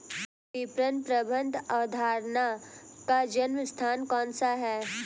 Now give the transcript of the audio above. विपणन प्रबंध अवधारणा का जन्म स्थान कौन सा है?